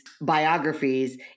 biographies